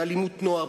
באלימות נוער,